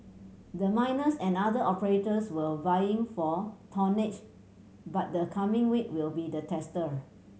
the miners and other operators were vying for tonnage but the coming week will be the tester